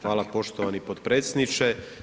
Hvala poštovani potpredsjedniče.